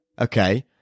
Okay